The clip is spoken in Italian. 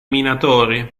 minatori